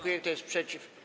Kto jest przeciw?